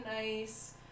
nice